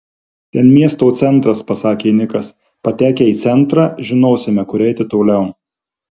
ten miesto centras pasakė nikas patekę į centrą žinosime kur eiti toliau